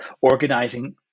organizing